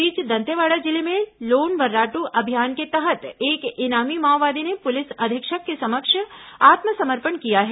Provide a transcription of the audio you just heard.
इस बीच दंतेवाड़ा जिले में लोन वर्राटू अभियान के तहत एक इनामी माओवादी ने पुलिस अधीक्षक के समक्ष आत्मसमर्पण किया है